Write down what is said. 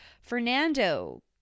Fernando